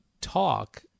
talk